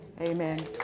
Amen